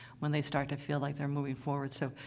when they start to feel like they're moving forward. so,